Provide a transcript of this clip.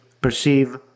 perceive